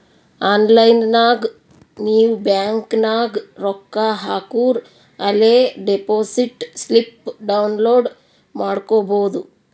online ನಾಗ್ ನೀವ್ bank ನಾಗ್ ರೊಕ್ಕಾ ಹಾಕೂರ ಅಲೇ ಡೆಪೋಸಿಟ್ ಸ್ಲಿಪ್ ಡೌನ್ಲೋಡ್ ಮಾಡ್ಕೊಬೋದು